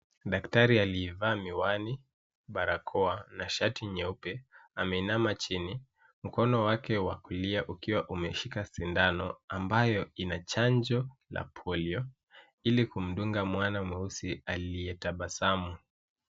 Daktari aliyevaa miwani ,barakoa na shati nyeupe ameinama chini ,mkono wake wa kulia ukiwa umeshika sindano ambayo ina chanjo na polio ili kumdunga mwana mweusi aliyetabasamu.